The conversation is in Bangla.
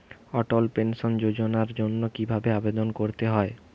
অটল পেনশন যোজনার জন্য কি ভাবে আবেদন করতে হয়?